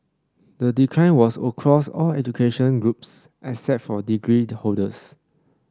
the decline was across all education groups except for degree holders